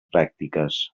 pràctiques